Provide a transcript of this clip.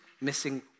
missing